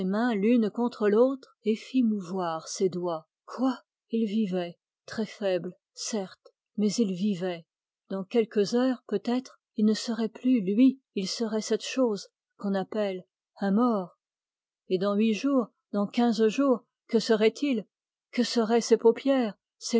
l'une contre l'autre et fit mouvoir ses doigts quoi il vivait très faible certes mais il vivait et dans quelques heures peut-être il ne serait plus lui il serait cette chose qu'on appelle un mort et dans huit jours dans quinze jours que serait-il que seraient ses paupières